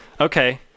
Okay